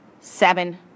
seven